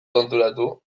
konturatu